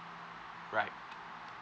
right